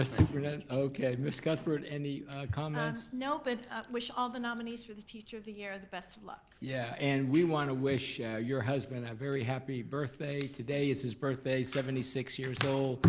superintendent? okay, miss cuthbert, any comments? no, but wish all the nominees for the teacher of the year the best of luck. yeah, and we wanna wish your husband a very happy birthday, today is his birthday, seventy six years old,